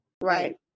Right